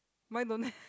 mine don't have